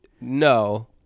No